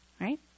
right